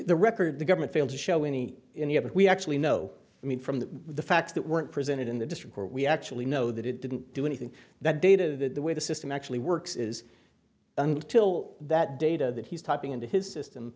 the record the government failed to show any we actually know i mean from the facts that were presented in the district where we actually know that it didn't do anything that dative that the way the system actually works is until that data that he's typing into his system